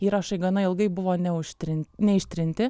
įrašai gana ilgai buvo neužtrin neištrinti